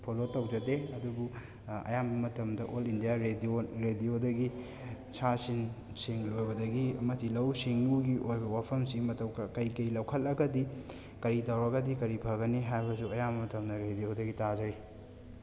follow ꯇꯧꯖꯗꯦ ꯑꯗꯨꯕꯨ ꯑꯌꯥꯝꯕ ꯃꯇꯝꯗ ꯑꯣꯜ ꯏꯟꯗꯤꯌꯥ ꯔꯦꯗꯤꯑꯣ ꯔꯦꯗꯤꯑꯣꯗꯒꯤ ꯁꯥꯁꯤꯡ ꯁꯤꯡ ꯂꯣꯏꯕꯗꯒꯤ ꯑꯃꯗꯤ ꯂꯧꯎ ꯁꯤꯡꯎꯒꯤ ꯑꯣꯏꯕ ꯋꯥꯐꯝꯁꯤꯡ ꯃꯇꯧ ꯀꯩ ꯀꯩ ꯂꯧꯈꯠꯂꯒꯗꯤ ꯀꯔꯤ ꯇꯧꯔꯒꯗꯤ ꯀꯔꯤ ꯐꯒꯅꯤ ꯍꯥꯏꯕꯁꯨ ꯑꯌꯥꯝꯕ ꯃꯇꯝꯗ ꯔꯦꯗꯤꯑꯣꯗꯒꯤ ꯇꯥꯖꯩ